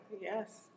Yes